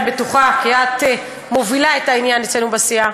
אני בטוחה, כי את מובילה את העניין אצלנו בסיעה.